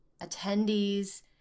attendees